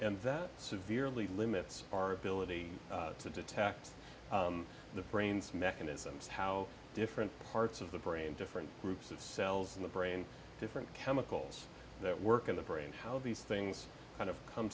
and that severely limits our ability to detect the brain's mechanisms how different parts of the brain different groups of cells in the brain different chemicals that work in the brain how these things kind of come